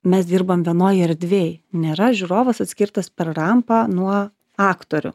mes dirbam vienoj erdvėj nėra žiūrovas atskirtas per rampą nuo aktorių